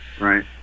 Right